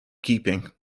keeping